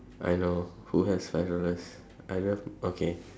I know who has five dollars I just okay